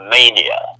Mania